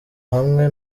hamwe